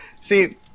see